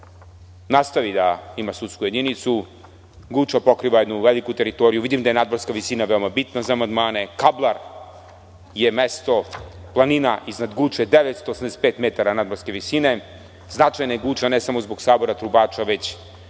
nastavi da ima sudsku jedinicu, Guča pokriva jednu veliku teritoriju, jer vidim da je nadmorska visina veoma bitna za amandmane. Kablar je mesto, planina iznad Guče 985 metara nadmorske visine, i značajna je Guča, ne samo zbog Sabora trubača, već